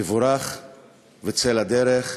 תבורך וצא לדרך.